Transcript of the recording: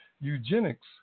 eugenics